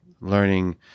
learning